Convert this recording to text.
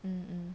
mm mm